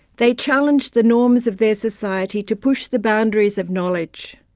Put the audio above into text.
they challenged the norms of their society to push the boundaries of knowledge.